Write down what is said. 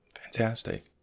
Fantastic